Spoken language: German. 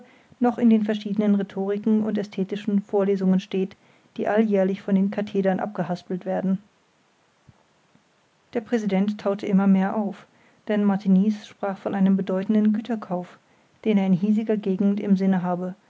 noch in den verschiedenen rhetoriken und ästhetischen vorlesungen steht die alljährlich von den kathedern abgehaspelt werden der präsident taute immer mehr auf denn martiniz sprach von einem bedeutenden güterkauf den er in hiesiger gegend im sinne habe